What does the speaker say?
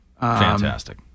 Fantastic